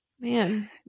Man